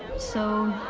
so